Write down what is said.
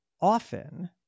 often